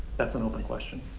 that's an open question.